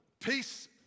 Peace